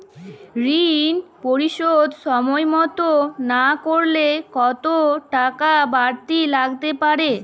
ঋন পরিশোধ সময় মতো না করলে কতো টাকা বারতি লাগতে পারে?